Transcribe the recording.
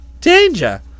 Danger